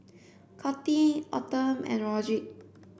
Coty Autumn and Rodrick